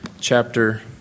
chapter